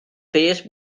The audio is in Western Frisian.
pears